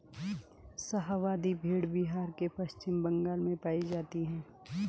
शाहाबादी भेड़ बिहार व पश्चिम बंगाल में पाई जाती हैं